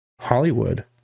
Hollywood